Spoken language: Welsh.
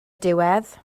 diwedd